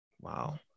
wow